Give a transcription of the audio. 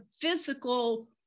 physical